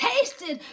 tasted